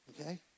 Okay